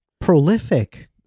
Prolific